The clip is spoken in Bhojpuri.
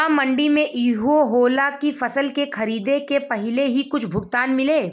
का मंडी में इहो होला की फसल के खरीदे के पहिले ही कुछ भुगतान मिले?